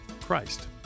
Christ